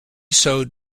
sewed